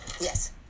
Yes